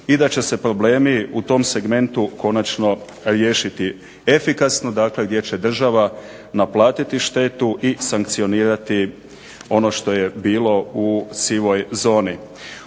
i da će se problemi u tom segmentu konačno riješiti efikasno, gdje će država naplatiti štetu i sankcionirati ono što je bilo u sivoj zoni.